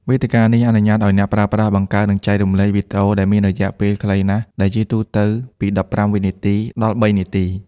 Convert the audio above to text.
វេទិកានេះអនុញ្ញាតឱ្យអ្នកប្រើប្រាស់បង្កើត និងចែករំលែកវីដេអូដែលមានរយៈពេលខ្លីណាស់ ដែលជាទូទៅពី ១៥ វិនាទី ដល់ ៣ នាទី។